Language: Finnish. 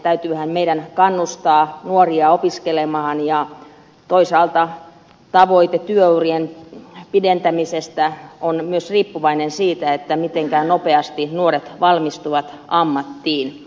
täytyyhän meidän kannustaa nuoria opiskelemaan ja toisaalta tavoite työurien pidentämisestä on myös riippuvainen siitä mitenkä nopeasti nuoret valmistuvat ammattiin